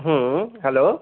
হুম hello